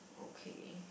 okay